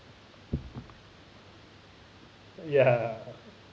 ya